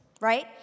right